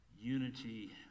unity